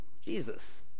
jesus